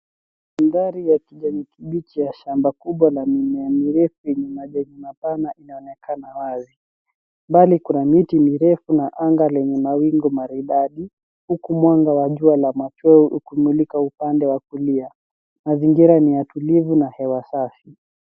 Dari ya kijani kibichi ya shamba kubwa la mimea mirefu yenye majani mapana inaonekana wazi. Mbali kuna miti mirefu na anga lenye mawingu maridadi, huku mwanga wa jua la machoe ukImulika upande wakulia, na zingira ni ya tulivu na hewa safi.